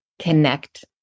connect